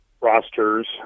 rosters